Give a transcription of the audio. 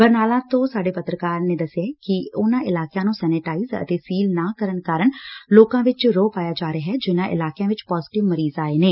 ਬਰਨਾਲਾ ਤੋਂ ਸਾਡੇ ਪੱਤਰਕਾਰ ਨੇ ਕਿਹਾ ਕਿ ਉਨੂਾ ਇਲਾਕਿਆਂ ਨੰ ਸੈਨਾਟਾਈਜ਼ ਅਤੇ ਸੀਲ ਨਾ ਕਰਨ ਕਾਰਨ ਲੋਕਾਂ ਨੰ ਵਿਚ ਰੋਹ ਪਾਇਆ ਜਾ ਰਿਹੈ ਜਿਨ੍ਹਾਂ ਇਲਾਕਿਆਂ ਵਿਚ ਪਾਜ੍ਹੇਟਿਵ ਮਰੀਜ਼ ਆਏ ਨੇ